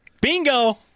Bingo